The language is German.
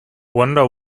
wonder